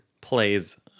plays